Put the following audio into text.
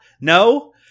No